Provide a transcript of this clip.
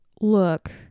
Look